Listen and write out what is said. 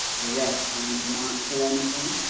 the rest won't amount to anything.